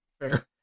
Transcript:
fair